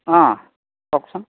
অ' কওকচোন